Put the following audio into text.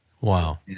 Wow